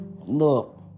Look